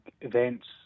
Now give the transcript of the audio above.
events